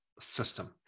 system